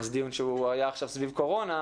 זה דיון שהיה עכשיו סביב קורונה,